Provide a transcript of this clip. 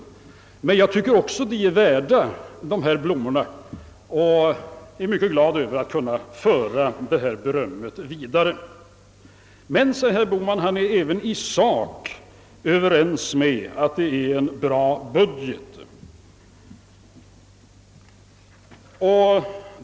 Men också jag tycker att mina medarbetare är värda dessa blommor och är mycket glad över att kunna föra detta beröm vidare. Men herr Bohman är även i sak överens om att det är en bra budget.